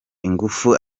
ingufu